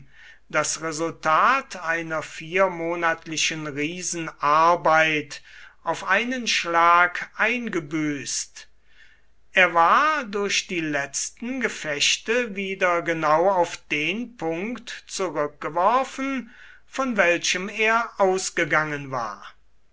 das resultat einer viermonatlichen riesenarbeit auf einen schlag eingebüßt er war durch die letzten gefechte wieder genau auf den punkt zurückgeworfen von welchem er ausgegangen war